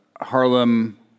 Harlem